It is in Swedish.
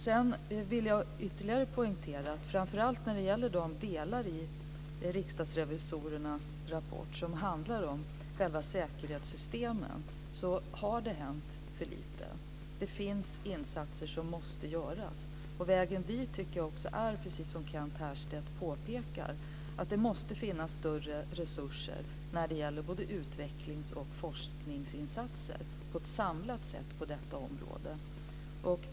Sedan vill jag ytterligare poängtera - framför allt beträffande de delar i riksdagsrevisorernas rapport som handlar om säkerhetssystemen - att det har hänt för lite. Det finns insatser som måste göras. Det måste, som Kent Härstedt påpekar, finnas större samlade resurser för både utvecklings och forskningsinsatser på detta område.